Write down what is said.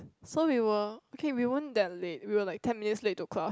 so we were okay we weren't that late we were like ten minutes late to class